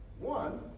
One